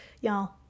y'all